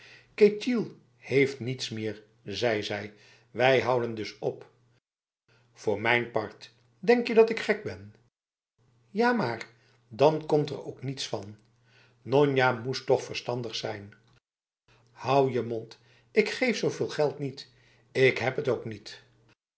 heeft niets meer zei ze wij houden dus op voor mijn part denk je dat ik gek ben ja maarb dan komt er ook niets van nonna moet toch verstandig zijnf houd je mond ik geef zoveel geld niet en ik heb het ook nietf